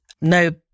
no